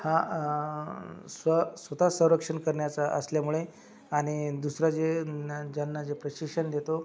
हा स्व स्वतः संरक्षण करण्याचा असल्यामुळे आणि दुसरं जे ना ज्यांना जे प्रशिक्षण देतो